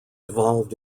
evolved